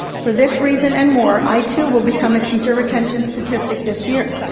for this reason and more, i too will become a teacher retention statistic this year.